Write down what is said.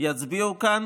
יצביעו כאן